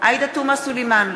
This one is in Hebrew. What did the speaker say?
עאידה תומא סלימאן,